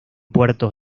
puertos